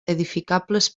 edificables